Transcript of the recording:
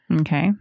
okay